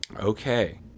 Okay